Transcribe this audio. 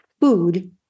food